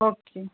okay